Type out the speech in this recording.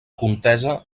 contesa